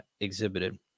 exhibited